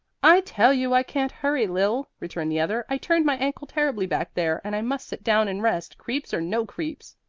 i tell you i can't hurry, lil, returned the other. i turned my ankle terribly back there, and i must sit down and rest, creeps or no creeps.